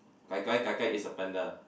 gai gai gai gai is a panda